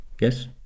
Yes